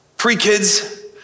pre-kids